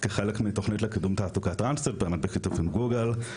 כחלק מתוכנית לקידום תעסוקת טרנסיות באמת בשיתוף עם גוגל,